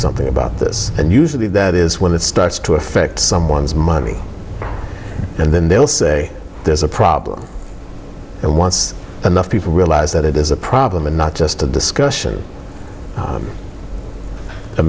something about this and usually that is when it starts to affect someone's money and then they'll say there's a problem and once enough people realize that it is a problem and not just a discussion